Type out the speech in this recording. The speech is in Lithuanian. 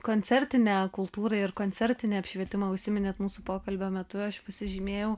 koncertinę kultūrą ir koncertinį apšvietimą užsiminėt mūsų pokalbio metu aš pasižymėjau